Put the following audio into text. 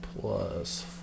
plus